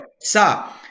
Sa